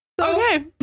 Okay